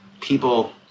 people